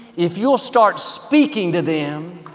if you'll start speaking to them,